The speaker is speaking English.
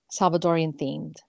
Salvadorian-themed